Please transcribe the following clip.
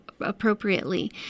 appropriately